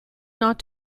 not